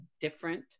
different